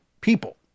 people